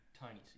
Tiny